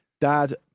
Dad